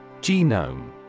Genome